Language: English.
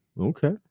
okay